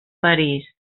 parís